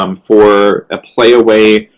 um for a playaway,